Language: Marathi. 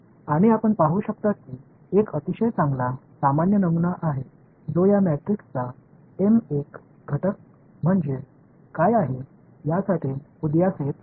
आणि आपण पाहू शकता की एक अतिशय चांगला सामान्य नमुना आहे जो या मॅट्रिक्सचा एम एन घटक म्हणजे काय आहे यासाठी उदयास येत आहे